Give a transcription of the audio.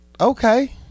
Okay